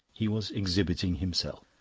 he was exhibiting himself.